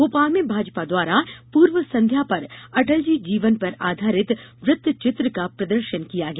भोपाल में भाजपा द्वारा पूर्व संध्या पर अटल जी जीवन पर आधारित वृतचित्र का प्रदर्शन किया गया